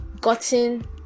gotten